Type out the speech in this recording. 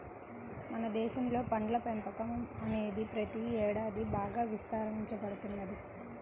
మన దేశంలో పండ్ల పెంపకం అనేది ప్రతి ఏడాది బాగా విస్తరించబడుతున్నది